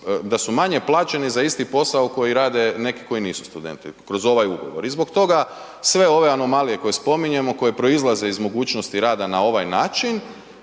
da su manje plaćeni za isti posao koji rade neki koji nisu studenti, kroz ovaj ugovor i zbog toga sve ove anomalije koje spominjemo, koje proizlaze iz mogućnosti rada na ovaj način,